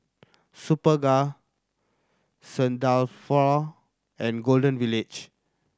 Superga Saint Dalfour and Golden Village